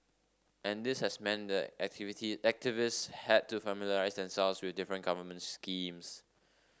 and this has meant that activity activists had to familiarise themselves with different government schemes